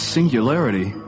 Singularity